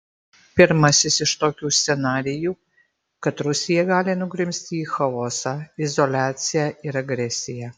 pirmasis iš tokių scenarijų kad rusija gali nugrimzti į chaosą izoliaciją ir agresiją